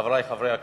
חברי חברי הכנסת,